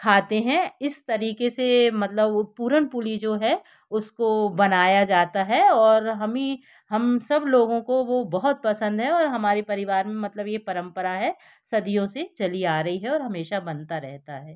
खाते हैं इस तरीके से मतलब वो पुरनपुली जो है उसको बनाया जाता है और हम ही हम सब लोगों को वो बहुत पसंद है और हमारे परिवार में मतलब ये परंपरा है सदियों से चली आ रही है और हमेशा बनता रहता है